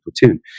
Platoon